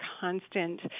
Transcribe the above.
constant